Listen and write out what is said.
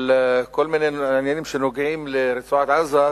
על כל מיני עניינים שנוגעים לרצועת-עזה,